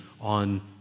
on